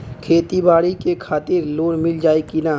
खेती बाडी के खातिर लोन मिल जाई किना?